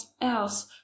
else